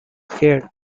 scared